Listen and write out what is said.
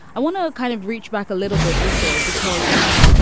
i want to kind of reach back a little bit also because, um,